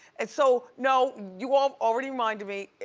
and so, no, you all already reminded me,